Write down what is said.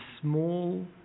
small